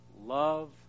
love